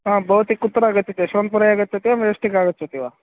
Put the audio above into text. हा भवती कुत्र आगच्छति यशवन्तरे आगच्छति वा मजेस्टिक् आगच्छति वा